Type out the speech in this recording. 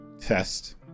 test